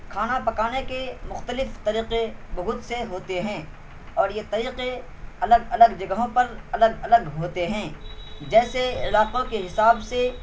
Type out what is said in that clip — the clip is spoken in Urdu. کھانا پکانے کے مختلف طریقے بہت سے ہوتے ہیں اور یہ طریقے الگ الگ جگہوں پر الگ الگ ہوتے ہیں جیسے علاقوں کے حساب سے